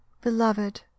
Beloved